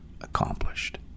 accomplished